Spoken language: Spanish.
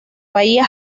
bahía